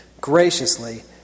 graciously